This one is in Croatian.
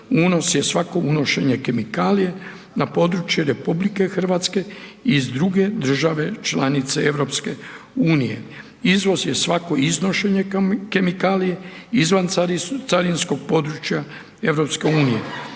Unos je svako unošenje kemikalije na područje Republike Hrvatske iz druge države članice Europske unije. Izvoz je svako iznošenje kemikalije izvan carinskog područja